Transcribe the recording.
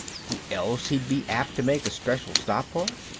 who else'd he be apt to make a special stop for?